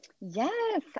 Yes